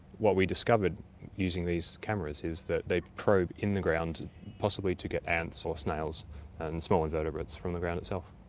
what we discovered using these cameras is that they probe in the ground, possibly to get ants or snails and small invertebrates from the ground itself.